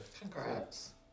Congrats